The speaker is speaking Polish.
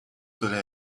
byle